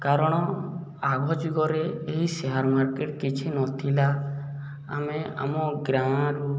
କାରଣ ଆଗ ଯୁଗରେ ଏହି ସେୟାର ମାର୍କେଟ କିଛି ନଥିଲା ଆମେ ଆମ ଗାଁରୁ